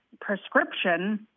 prescription